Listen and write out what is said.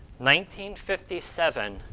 1957